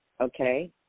Okay